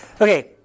Okay